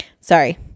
Sorry